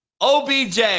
OBJ